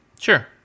Sure